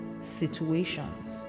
situations